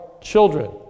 children